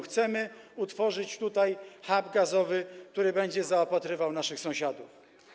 Chcemy utworzyć tutaj hub gazowy, który będzie zaopatrywał naszych sąsiadów.